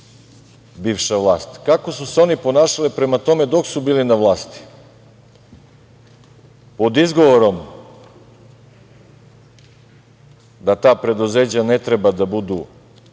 bivša vlast. Kako su se oni ponašali prema tome dok su bili na vlasti? Pod izgovorom da ta preduzeća ne treba da budu